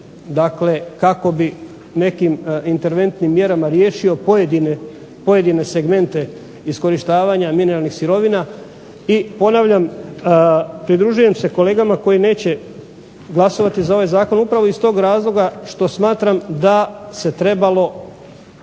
dakle kako bi nekim interventnim mjerama riješio pojedine segmente iskorištavanja mineralnih sirovina, i ponavljam pridružujem se kolegama koji neće glasovati za ovaj zakon, upravo iz tog razloga što smatram da se trebalo